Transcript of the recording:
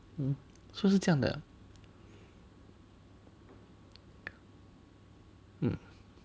so 是这样的 mm